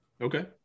Okay